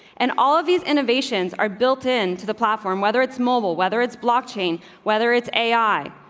and all of these innovations are built into the platform, whether it's mobile, whether it's blockchain, whether it's a i,